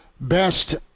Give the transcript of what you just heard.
Best